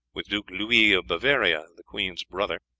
with duke louis of bavaria, the queen's brother,